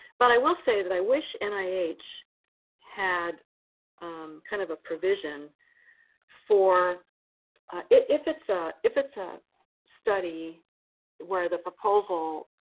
but i will say that i wish and nih had um kind of a provision for if it's ah if it's a study where the proposal